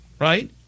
right